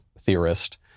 theorist